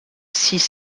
six